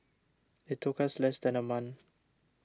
it took us less than a month